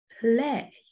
play